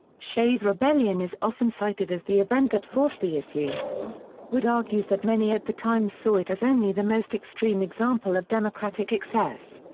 shays' rebellion is often cited as the event that forced the issue wood argues that many at the time saw it as only the most extreme example of democratic excess.